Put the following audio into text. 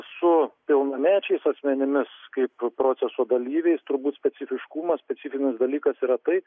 su pilnamečiais asmenimis kaip proceso dalyviais turbūt specifiškumas specifinis dalykas yra tai